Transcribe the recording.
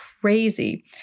crazy